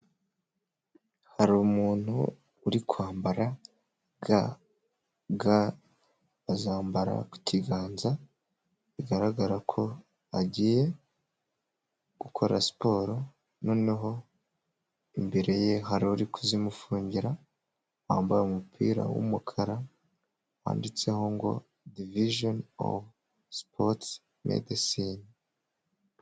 Hari umuntu uri kwambara ga, ga bazambara ku kiganza bigaragara ko agiye gukora siporo noneho imbere ye hari uri kuzimufungira wambaye umupira w'umukara wanditseho ngo divijoni ofu sipoti medesine.